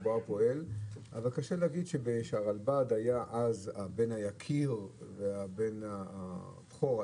פועל אבל קשה להגיד שהרלב"ד היה הבן היקיר והבן הבכור,